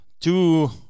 two